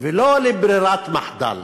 ולא לברירת מחדל.